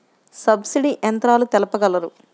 Subsidy యంత్రాలు తెలుపగలరు?